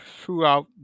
throughout